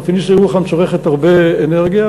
"פניציה ירוחם" צורכת הרבה אנרגיה,